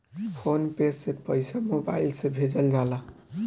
phone पे से पईसा mobile से भेजल जाला